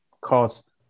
cost